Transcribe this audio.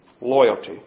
Loyalty